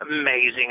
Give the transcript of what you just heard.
amazing